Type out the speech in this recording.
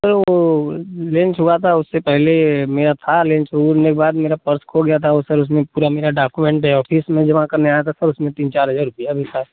वो लेंच हुआ था उससे पहले मेरा था लेंच उठने के बाद मेरा पर्स खो गया था और सर उसमें पूरा मेरा डॉकुमेंट है ऑफिस में जमा करने आया था सर उसमें तीन चार हजार रुपया भी था